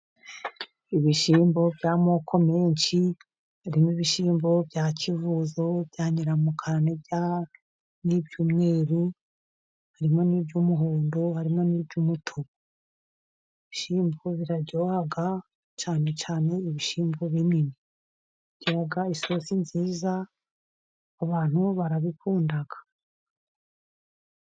Ibishyimbo by'amoko menshi harimo: ibishyimbo bya kivuzo ,byanyiramukara n'ibyumweru harimo n'iby'umuhondo harimo n'iby'umutuku. Ibishyimbo biraryoha cyane cyane ibishyimbo binini bigira isosi nziza abantu barabikunda.